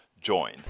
join